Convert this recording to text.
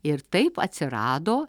ir taip atsirado